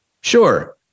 Sure